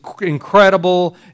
incredible